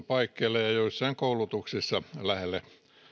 paikkeille ja joissain koulutuksissa lähelle